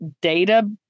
data